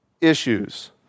issues